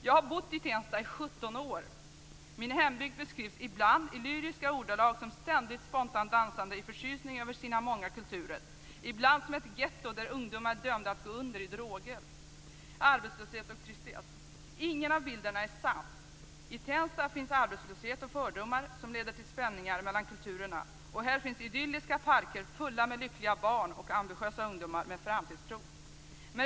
Jag har bott i Tensta i 17 år. Min hembygd beskrivs ibland i lyriska ordalag. Det talas om ständigt spontant dansande i förtjusning över sina många kulturer, ibland om ett getto där ungdomar är dömda att gå under i droger, arbetslöshet och tristess. Ingen av bilderna är sann. I Tensta finns det arbetslöshet och fördomar som leder till spänningar mellan de olika kulturerna. Men där finns också idylliska parker fulla med lyckliga barn och ambitiösa ungdomar med framtidstro.